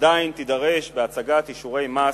עדיין תידרש הצגת אישורי מס,